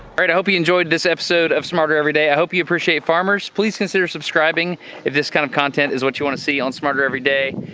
right, i hope you enjoyed this episode of smarter everyday, i hope you appreciate farmers. please consider subscribing if this kind of content is what you want to see on smarter everyday.